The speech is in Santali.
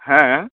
ᱦᱮᱸ